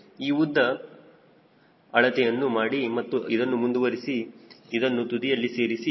ಈ ಉದ್ದ ಅಳತೆಯನ್ನು ಮಾಡಿ ಮತ್ತು ಇದನ್ನು ಮುಂದುವರೆಸಿ ಇದನ್ನು ತುದಿಯಲ್ಲಿ ಸೇರಿಸಿ